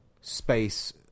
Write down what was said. space